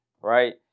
Right